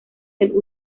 del